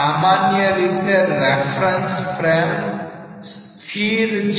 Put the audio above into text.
સામાન્ય રીતે reference frame સ્થિર છે